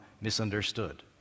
misunderstood